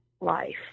life